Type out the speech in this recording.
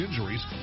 injuries